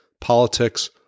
politics